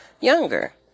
younger